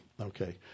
Okay